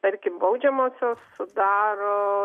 tarkim baudžiamosios sudaro